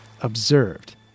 observed